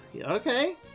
Okay